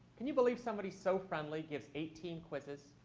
can you believe somebody so friendly gives eighteen quizzes?